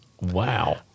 Wow